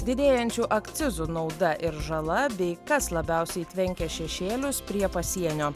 didėjančių akcizų nauda ir žala bei kas labiausiai tvenkė šešėlius prie pasienio